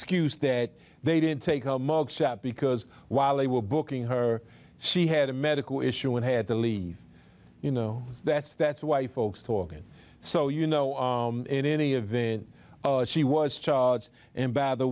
cues that they didn't take a mug shot because while they were booking her she had a medical issue and had to leave you know that's that's why folks talking so you know in any event she was charged and by the